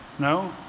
No